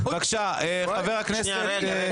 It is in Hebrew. מתעסק עם